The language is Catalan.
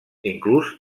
inclús